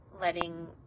letting